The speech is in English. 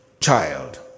child